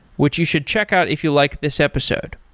which you should check out if you like this episode.